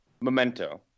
Memento